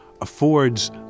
affords